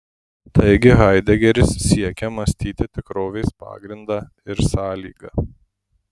taigi haidegeris siekia mąstyti tikrovės pagrindą ir sąlygą